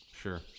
Sure